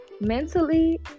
mentally